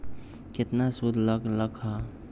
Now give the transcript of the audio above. केतना सूद लग लक ह?